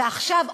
ועכשיו,